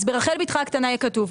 אז ברחל בתך הקטנה יהיה כתוב.